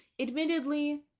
Admittedly